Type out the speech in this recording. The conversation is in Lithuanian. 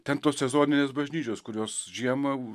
ten tos sezoninės bažnyčios kurios žiemą